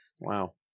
Wow